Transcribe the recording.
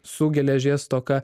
su geležies stoka